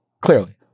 Clearly